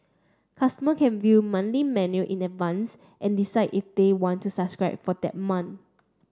customers can view monthly menu in advance and decide if they want to subscribe for that month